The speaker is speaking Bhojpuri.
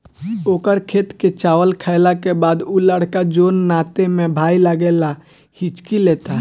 ओकर खेत के चावल खैला के बाद उ लड़का जोन नाते में भाई लागेला हिच्की लेता